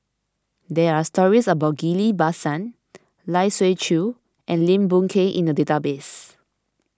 there are stories about Ghillie Basan Lai Siu Chiu and Lim Boon Keng in the database